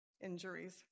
injuries